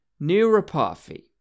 neuropathy